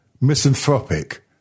misanthropic